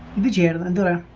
the chairman and a